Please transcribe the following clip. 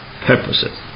purposes